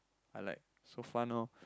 I like so fun orh